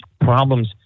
problems